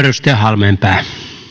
edustaja halmeenpää